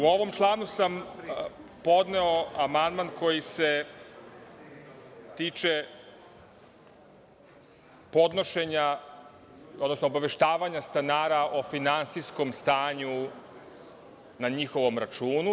U ovom članu sam podneo amandman koji se tiče podnošenja, odnosno obaveštavanja stanara o finansijskom stanju na njihovom računu.